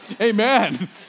Amen